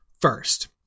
First